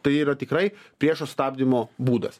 tai yra tikrai priešo stabdymo būdas